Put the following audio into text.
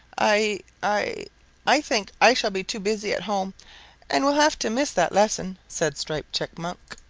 i i i think i shall be too busy at home and will have to miss that lesson, said striped chipmunk.